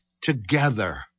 together